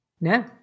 No